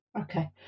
Okay